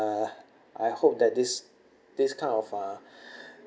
uh I hope that this this kind of uh